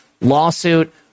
lawsuit